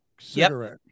Cigarette